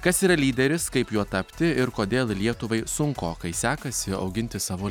kas yra lyderis kaip juo tapti ir kodėl lietuvai sunkokai sekasi auginti savo